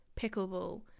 pickleball